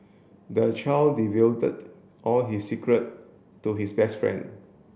the child all his secret to his best friend